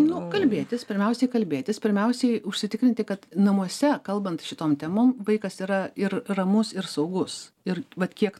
nu kalbėtis pirmiausiai kalbėtis pirmiausiai užsitikrinti kad namuose kalbant šitom temom vaikas yra ir ramus ir saugus ir vat kiek